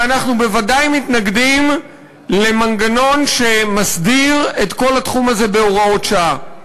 ואנחנו בוודאי מתנגדים למנגנון שמסדיר את כל התחום הזה בהוראות שעה.